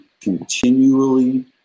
continually